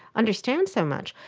understand so much.